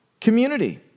community